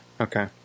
Okay